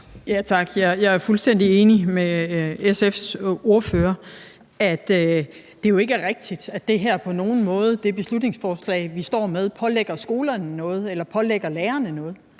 Jeg er fuldstændig enig med SF's ordfører i, at det jo ikke er rigtigt, at det beslutningsforslag, vi står med, på nogen måde pålægger skolerne noget eller pålægger lærerne noget.